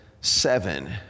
seven